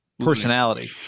personality